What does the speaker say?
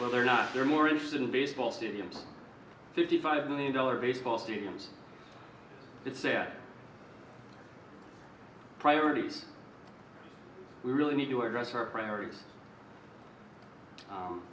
whether or not they're more interested in baseball stadiums fifty five million dollars baseball stadiums it's a priority we really need to address our priorities